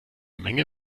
menge